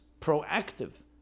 proactive